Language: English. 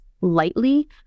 lightly